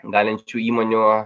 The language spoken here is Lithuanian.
galinčių įmonių